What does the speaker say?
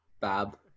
bab